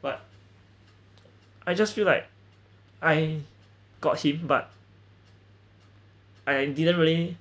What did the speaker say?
but I just feel like I got him but I didn't really